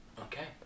Okay